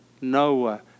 Noah